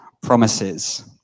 promises